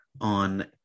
on